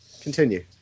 Continue